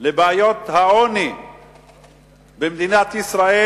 לבעיות העוני במדינת ישראל,